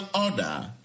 order